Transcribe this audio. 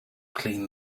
clean